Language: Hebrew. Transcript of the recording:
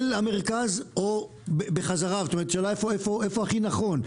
אל המרכז או בחזרה, איפה הכי נכון.